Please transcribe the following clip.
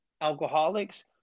alcoholics